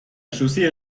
chaussée